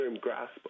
grasp